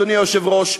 אדוני היושב-ראש,